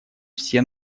все